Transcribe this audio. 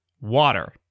water